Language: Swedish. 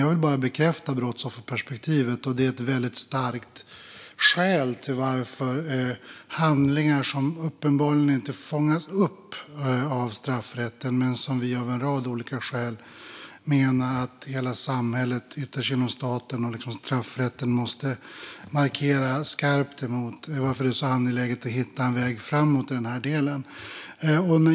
Jag vill bara bekräfta att brottsofferperspektivet är ett väldigt starkt skäl till att lagstifta mot handlingar som uppenbarligen inte fångas upp av straffrätten i dag men som vi av en rad skäl menar att hela samhället, ytterst genom staten och straffrätten, måste markera skarpt emot. Det är angeläget att hitta en väg framåt.